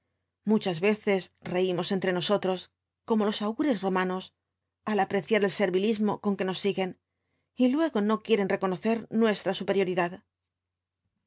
muchas veces reímos entre nosotros como los augures romanos al apreciar el servilismo con que nos siguen y luego no quieren reconocer nuestra superioridad